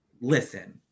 listen